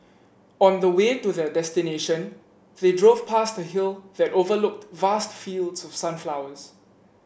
on the way to their destination they drove past a hill that overlooked vast fields of sunflowers